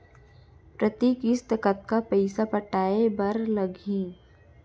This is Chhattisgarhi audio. प्रति किस्ती कतका पइसा पटाये बर लागही?